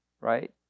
Right